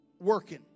working